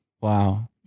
Wow